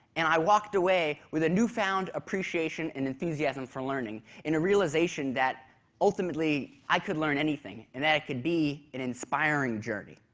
and i walked away with a newfound appreciation and enthusiasm for learning and a realization that ultimately i could learn anything, and that could be an inspiring journey.